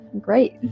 Great